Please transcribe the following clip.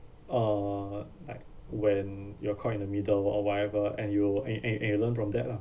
uh like when you're caught in the middle or whatever and you and and and you learn from that lah